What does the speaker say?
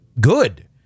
good